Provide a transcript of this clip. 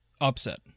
Upset